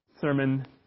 Sermon